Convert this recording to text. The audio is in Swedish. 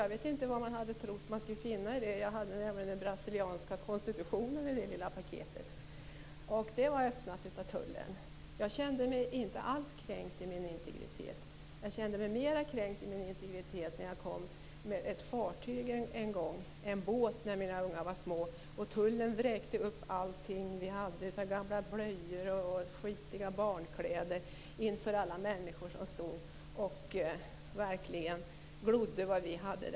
Jag vet inte vad man trodde att man skulle finna, men jag hade i alla fall den brasilianska konstitutionen i det lilla paketet. Det var öppnat av tullen, men jag kände mig inte alls kränkt i min integritet. Jag kände mig mer kränkt i min integritet när jag en gång då mina barn var små kom med båt och tullen vräkte upp allting vi hade - gamla blöjor, skitiga barnkläder osv. - inför alla människor som stod och glodde på vad vi hade.